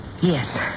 Yes